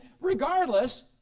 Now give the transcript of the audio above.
regardless